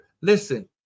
listen